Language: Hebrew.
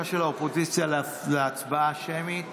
האופוזיציה להצבעה שמית.